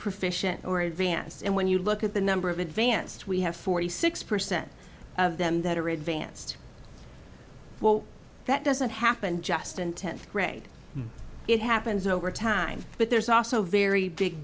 proficiency or advanced and when you look at the number of advanced we have forty six percent of them that are advanced well that doesn't happen just in tenth grade it happens over time but there's also very big